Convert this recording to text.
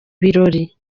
birori